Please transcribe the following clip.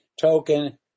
Token